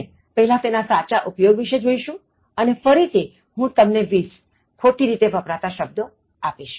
આપણે પહેલા તેના સાચા ઉપયોગ વિશે જોઇશુ અને ફરીથી હું તમને 20 ખોટી રીતે વપરાતા શબ્દો આપીશ